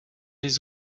les